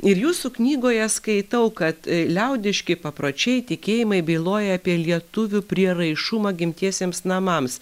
ir jūsų knygoje skaitau kad liaudiški papročiai tikėjimai byloja apie lietuvių prieraišumą gimtiesiems namams